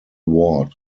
ward